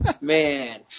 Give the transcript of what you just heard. Man